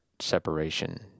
separation